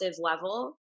level